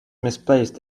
misplaced